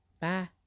Bye